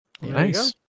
Nice